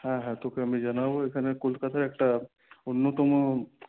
হ্যাঁ হ্যাঁ তোকে আমি জানাবো এখানে কলকাতায় একটা অন্যতম